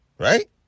Right